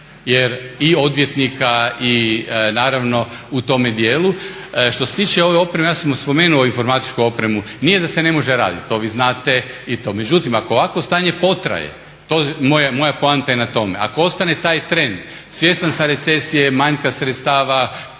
i odvjetnika u tome dijelu. Što se tiče ove opreme ja sam spomenuo informatičku opremu, nije da se ne može raditi to vi znate međutim ako ovakvo stanje potraje, moja poanta je na tome, ako ostane taj trend svjestan sam recesije, manjka sredstava